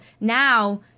now